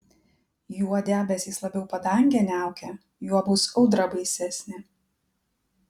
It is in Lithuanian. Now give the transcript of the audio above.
juo debesys labiau padangę niaukia juo bus audra baisesnė